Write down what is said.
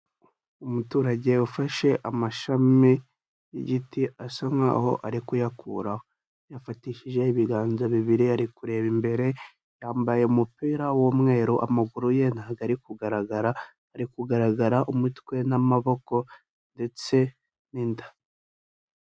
Umuturage ufashe amashami y'igiti asa nkaho ari kuyakuraho. Yafatishije ibiganza bibiri ari kureba imbere, yambaye umupira w'umweru, amaguru ye ntabwo ari kugaragara, hari kugaragara umutwe n'amaboko ndetse n'inda.